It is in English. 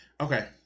okay